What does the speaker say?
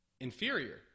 inferior